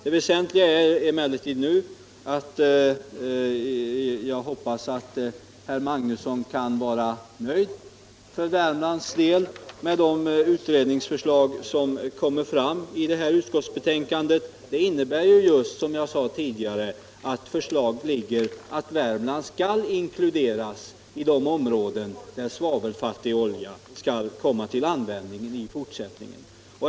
Det väsentliga är emellertid nu att jag hoppas att herr Magnusson kan vara nöjd för Värmlands del med de utredningsförslag som kommer fram i betänkandet. Det innebär just, som jag sade tidigare, att förslag föreligger om att Värmland inkluderas i de områden där svavelfattig olja skall komma till användning i fortsättningen.